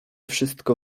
wszystko